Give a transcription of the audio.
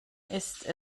ist